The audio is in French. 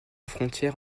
frontière